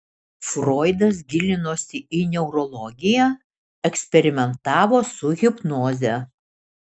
froidas gilinosi į neurologiją eksperimentavo su hipnoze